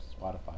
Spotify